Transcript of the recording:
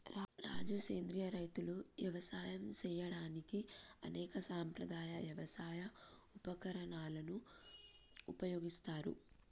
రాజు సెంద్రియ రైతులు యవసాయం సేయడానికి అనేక సాంప్రదాయ యవసాయ ఉపకరణాలను ఉపయోగిస్తారు